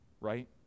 right